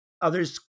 others